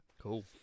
Cool